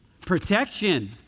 protection